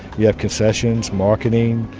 you have concessions, marketing,